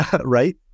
right